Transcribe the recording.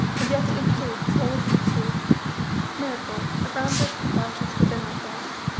and yet in truth all is mystery miracle, around us, about us, within ourselves.